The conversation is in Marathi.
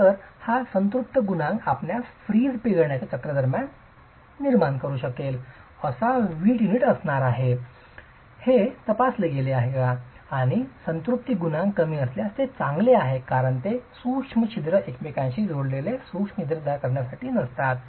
तर हा संतृप्ति गुणांक आपणास फ्रीज पिघळण्याच्या चक्र दरम्यान समस्या निर्माण करू शकेल असा विट युनिट असणार आहे का हे तपासले गेले आहे आणि संतृप्ति गुणांक कमी असल्यास ते चांगले आहे कारण ते सूक्ष्म छिद्र एकमेकांशी जोडलेले सूक्ष्म छिद्र तयार करण्यासाठी नसतात